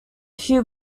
few